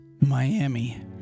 Miami